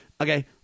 Okay